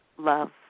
love